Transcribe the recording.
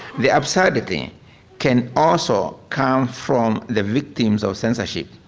the absurdity can also come from the victims of censorship.